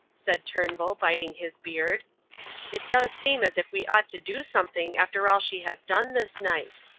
said turnbull, biting his beard it does seem as if we ought to do something after all she has done this night.